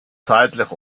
seitlich